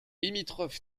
limitrophe